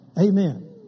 Amen